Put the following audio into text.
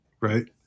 right